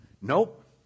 Nope